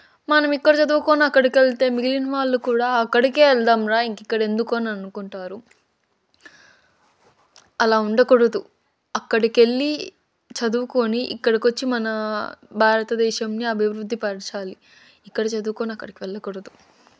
మనం ఇక్కడ చదువుకోని అక్కడికి ఎళ్తే మిగిలిన వాళ్ళు కూడా అక్కడికే ఎళ్దాంరా ఇంకా ఇక్కడ ఎందుకు అని అనుకుంటారు అలా ఉండకూడదు అక్కడికెళ్ళి చదువుకొని ఇక్కడికొచ్చి మన భారతదేశంని అభివృద్ధి పరచాలి ఇక్కడ చదువుకొని అక్కడికి వెళ్ళకూడదు